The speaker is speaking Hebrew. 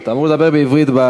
אתה מוזמן לדבר בעברית.